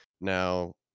Now